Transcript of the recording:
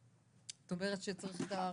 את אומרת שצריך את הרשות,